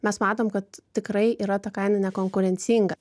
mes matom kad tikrai yra ta kaina nekonkurencinga